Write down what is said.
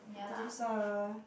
those are